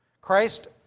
Christ